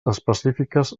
específiques